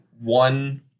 one